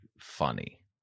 funny